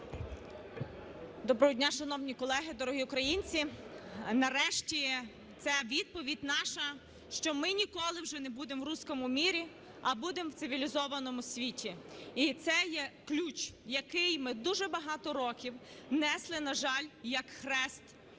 Доброго дня, шановні колеги! Дорогі українці! Нарешті ця відповідь наша, що ми ніколи вже не будемо в "русском мире", а будемо в цивілізованому світі. І це є ключ, який ми дуже багато років несли, на жаль, як хрест,